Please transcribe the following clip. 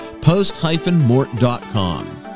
Post-mort.com